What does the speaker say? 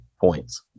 points